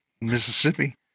Mississippi